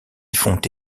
font